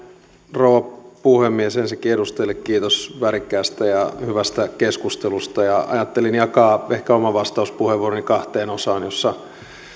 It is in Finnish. rouva puhemies ensinnäkin edustajille kiitos värikkäästä ja hyvästä keskustelusta ajattelin jakaa oman vastauspuheenvuoroni kahteen osaan joissa